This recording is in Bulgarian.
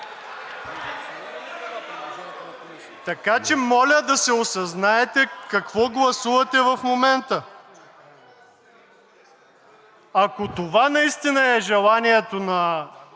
Така че, моля да се осъзнаете – какво гласувате в момента?! Ако това наистина е желанието на